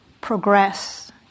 progress